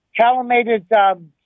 calamated